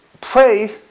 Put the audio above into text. pray